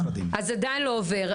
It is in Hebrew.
אז המידע עדיין לא עובר.